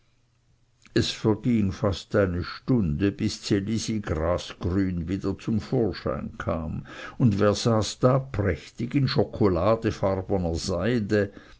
es ging fast eine stunde bis ds elisi grasgrün wieder zum vorschein kam und wer saß da prächtig in schokoladefarbener seide